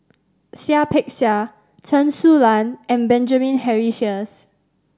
Seah Peck Seah Chen Su Lan and Benjamin Henry Sheares